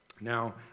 Now